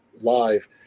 live